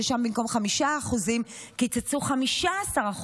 שם, במקום 5% קיצצו 15%,